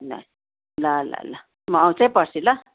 ल ल ल ल म आउँछु है पर्सी ल